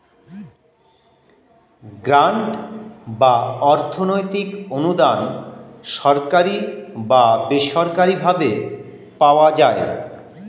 grant বা অর্থনৈতিক অনুদান সরকারি বা বেসরকারি ভাবে পাওয়া যায়